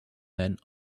men